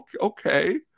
okay